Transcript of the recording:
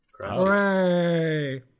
hooray